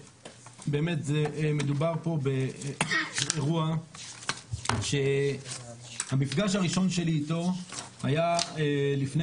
מדובר פה באירוע שהמפגש הראשון שלי איתו היה לפני